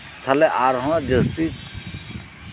ᱛᱟᱦᱞᱮ ᱟᱨᱦᱚᱸ ᱡᱟᱹᱥᱛᱤ